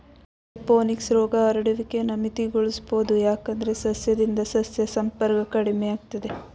aeroponics ರೋಗ ಹರಡುವಿಕೆನ ಮಿತಿಗೊಳಿಸ್ಬೋದು ಯಾಕಂದ್ರೆ ಸಸ್ಯದಿಂದ ಸಸ್ಯ ಸಂಪರ್ಕ ಕಡಿಮೆಯಾಗ್ತದೆ